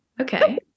okay